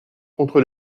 contre